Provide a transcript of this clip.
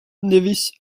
nevis